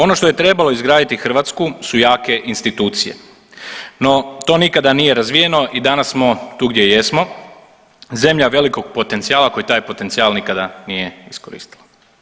Ono što je trebalo izgraditi Hrvatsku su jake institucije, no to nikada nije razvijeno i danas smo tu gdje jesmo, zemlja velikog potencijala koji taj potencijal nikada nije iskoristila.